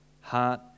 heart